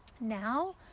now